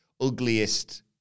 ugliest